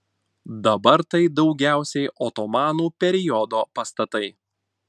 dabar tai daugiausiai otomanų periodo pastatai